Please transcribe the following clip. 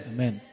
Amen